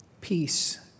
peace